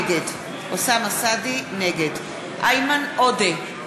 נגד איימן עודה,